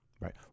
Right